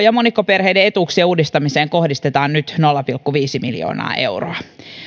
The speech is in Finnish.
ja monikkoperheiden etuuksien uudistamiseen kohdistetaan nyt nolla pilkku viisi miljoonaa euroa